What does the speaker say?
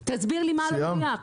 תסביר לי מה לא מדויק.